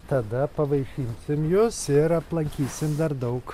tada pavaišinsim jus ir aplankysim dar daug